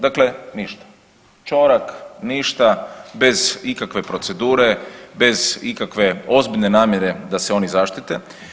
Dakle ništa, ćorak, ništa bez ikakve procedure, bez ikakve ozbiljne namjere da se oni zaštite.